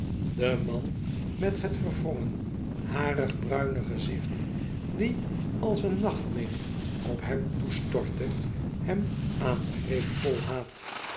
de man met het verwrongen harigbruine gezicht die als een nachtmerrie op hem toestortte hem aangreep vol haat